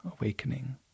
awakening